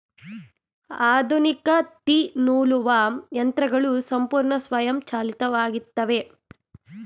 ಆಧುನಿಕ ತ್ತಿ ನೂಲುವ ಯಂತ್ರಗಳು ಸಂಪೂರ್ಣ ಸ್ವಯಂಚಾಲಿತವಾಗಿತ್ತವೆ